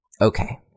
Okay